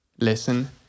listen